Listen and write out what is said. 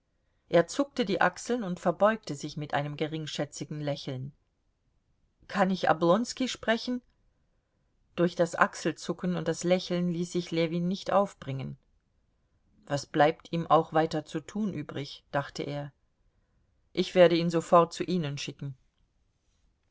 er zuckte die achseln und verbeugte sich mit einem geringschätzigen lächeln kann ich oblonski sprechen durch das achselzucken und das lächeln ließ sich ljewin nicht aufbringen was bleibt ihm auch weiter zu tun übrig dachte er ich werde ihn sofort zu ihnen schicken